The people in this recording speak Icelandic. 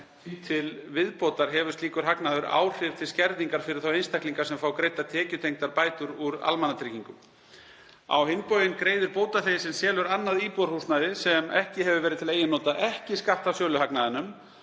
til viðbótar hefur slíkur hagnaður áhrif til skerðingar fyrir þá einstaklinga sem fá greiddar tekjutengdar bætur úr almannatryggingum. Á hinn bóginn greiðir bótaþegi sem selur annað íbúðarhúsnæði, sem ekki hefur verið til eigin nota, ekki skatt af söluhagnaðinum